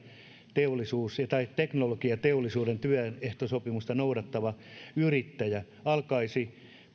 teknologiateollisuuden työehtosopimusta noudattava yrittäjä alkaisi